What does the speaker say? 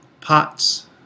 pots